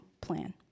plan